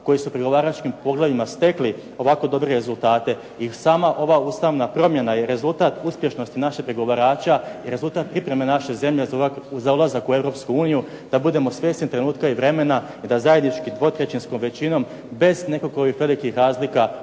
koji su u pregovaračkim poglavljima stekli ovako dobre rezultate. I sama ova ustavna promjena je rezultat uspješnosti naših pregovarača i rezultat pripreme naše zemlje za ulazak u Europsku uniju da budemo svjesni trenutka i vremena i da zajednički 2/3 većinom bez nekakovih velikih razlika